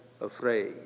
afraid